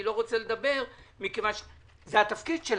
אני לא רוצה לדבר מכיוון שהנושא בחקירה?